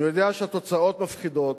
אני יודע שהתוצאות מפחידות,